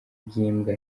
by’imbwa